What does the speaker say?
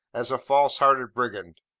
as a false-hearted brigand,